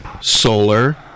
solar